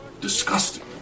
Disgusting